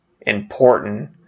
important